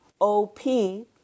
O-P